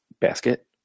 basket